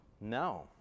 No